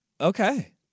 Okay